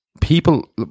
people